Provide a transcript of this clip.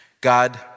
God